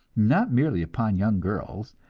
not merely upon young girls,